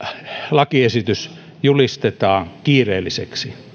lakiesitys julistetaan kiireelliseksi